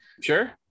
Sure